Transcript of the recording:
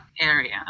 area